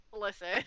Listen